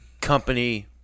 company